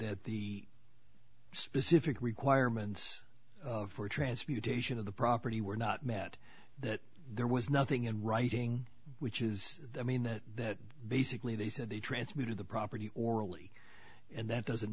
that the specific requirements for transmutation of the property were not met that there was nothing in writing which is i mean that basically they said they transmitted the property orally and that doesn't